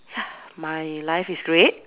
ya my life is great